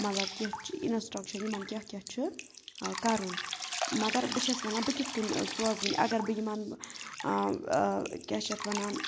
مطلب کینٛہہ چھِ اِنَسٹرٛکشن یِمَن کیٛاہ کیٛاہ چھُ کَرُن مگر بہٕ چھَس وَنان بہٕ کِتھ کٔنۍ سوزٕ وۄنۍ اگر بہٕ یِمَن کیٛاہ چھِ اَتھ وَنان